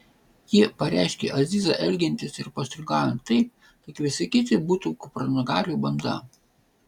ji pareiškė azizą elgiantis ir postringaujant taip lyg visi kiti būtų kupranugarių banda